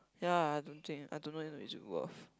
ya I don't think I don't know even is it worth